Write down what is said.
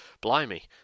Blimey